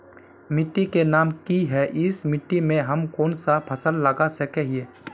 मिट्टी के नाम की है इस मिट्टी में हम कोन सा फसल लगा सके हिय?